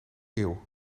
eeuw